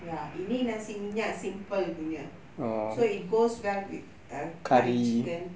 ya ini nasi minyak simple punya so it goes well with uh curry chicken